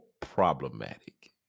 problematic